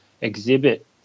exhibit